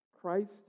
Christ